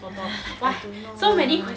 !hais! I don't know lah